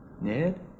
Ned